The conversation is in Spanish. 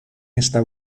esta